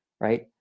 right